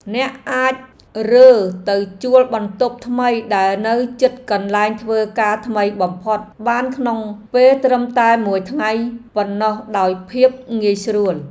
អ្នកអាចរើទៅជួលបន្ទប់ថ្មីដែលនៅជិតកន្លែងធ្វើការថ្មីបំផុតបានក្នុងពេលត្រឹមតែមួយថ្ងៃប៉ុណ្ណោះដោយភាពងាយស្រួល។